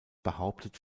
behauptet